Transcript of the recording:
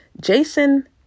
Jason